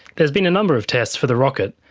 there've been a number of tests for the rocket.